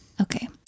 Okay